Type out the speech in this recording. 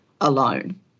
alone